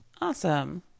Awesome